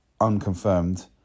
unconfirmed